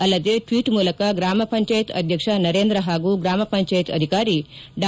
ಅಲ್ಲದೆ ಟ್ವೀಟ್ ಮೂಲಕ ಗ್ರಾಮ ಪಂಚಾಯತ್ ಅಧ್ಯಕ್ಷ ನರೇಂದ್ರ ಹಾಗೂ ಗ್ರಾಮ ಪಂಚಾಯತ್ ಅಧಿಕಾರಿ ಡಾ